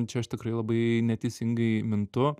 čia aš tikrai labai neteisingai mintu